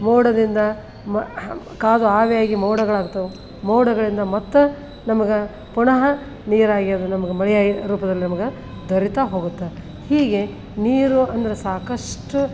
ಮೋಡದಿಂದ ಮ ಕಾದು ಆವಿಯಾಗಿ ಮೋಡಗಳಾಗ್ತವೆ ಮೋಡಗಳಿಂದ ಮತ್ತು ನಮಗೆ ಪುನಃ ನೀರಾಗಿ ಅದು ನಮ್ಗೆ ಮಳೆಯಾಗಿ ರೂಪದಲ್ಲಿ ನಮಗೆ ದೊರೀತಾ ಹೋಗುತ್ತೆ ಹೀಗೆ ನೀರು ಅಂದ್ರೆ ಸಾಕಷ್ಟು